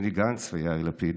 בני גנץ ויאיר לפיד.